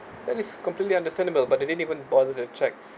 that is completely understandable but they didn't even bother to check